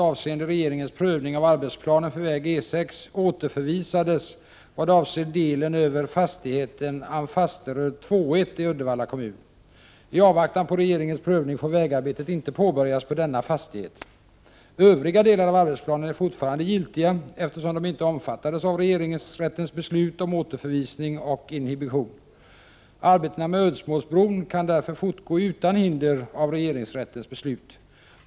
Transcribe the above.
Övriga delar av arbetsplanen är fortfarande giltiga, eftersom de inte omfattades av regeringsrättens beslut om återförvisning och inhibition. Arbetena med Ödsmålsbron kan därför fortgå utan hinder av regeringsrättens beslut.